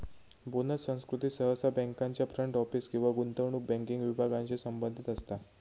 bonus संस्कृती सहसा बँकांच्या फ्रंट ऑफिस किंवा गुंतवणूक बँकिंग विभागांशी संबंधित असता